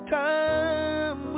time